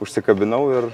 užsikabinau ir